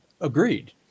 Agreed